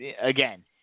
Again